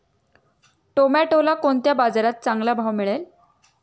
टोमॅटोला कोणत्या बाजारात चांगला भाव मिळेल?